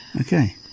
Okay